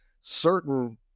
certain